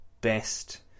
best